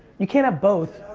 you can't have both.